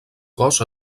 cos